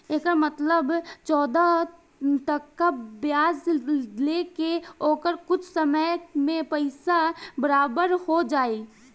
एकर मतलब चौदह टका ब्याज ले के ओकर कुछ समय मे पइसा बराबर हो जाई